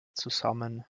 zusammen